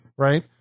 Right